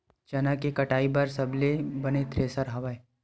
चना के कटाई बर सबले बने थ्रेसर हवय?